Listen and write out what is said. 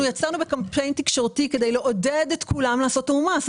אנחנו יצאנו בקמפיין תקשורתי כדי לעודד את כולם לעשות תיאום מס.